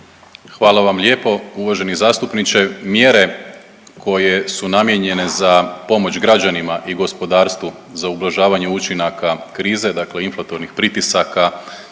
Hvala vam lijepo uvaženi zastupniče. Mjere koje su namijenjene za pomoć građanima i gospodarstvu za ublažavanje učinaka krize, dakle inflatornih pritisaka